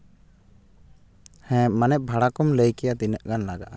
ᱦᱮᱸ ᱢᱟᱱᱮ ᱵᱷᱟᱲᱟ ᱠᱚᱢ ᱞᱟᱹᱭ ᱠᱮᱭᱟ ᱛᱤᱱᱟᱹᱜ ᱜᱟᱱ ᱞᱟᱜᱟᱜᱼᱟ